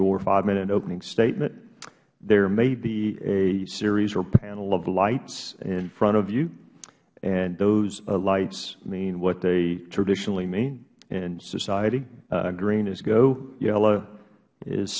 your five minute opening statement there may be a series or panel of lights in front of you those lights mean what they traditionally mean in society a green is go yellow is